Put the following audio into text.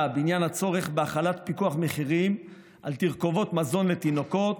בעניין הצורך בהחלת פיקוח מחירים על תרכובות מזון לתינוקות,